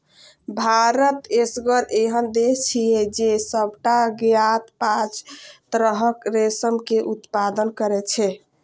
भारत एसगर एहन देश छियै, जे सबटा ज्ञात पांच तरहक रेशम के उत्पादन करै छै